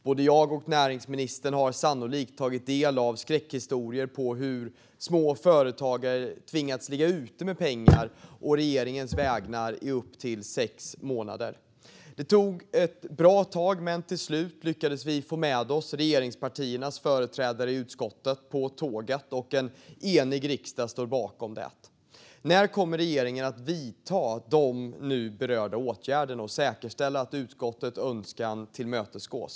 Både jag och näringsministern har tagit del av skräckhistorier av hur små företag har tvingats ligga ute med pengar å regeringens vägnar i upp till sex månader. Det tog ett bra tag, men till slut lyckades vi få med oss regeringspartiernas företrädare i utskottet på tåget, och nu står en enig riksdag bakom initiativet. När kommer regeringen att vidta de nu berörda åtgärderna och säkerställa att utskottets önskan tillmötesgås?